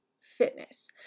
fitness